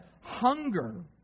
hunger